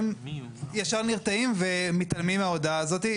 הם ישר נרתעים ומתעלמים מההודעה הזאת.